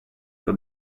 but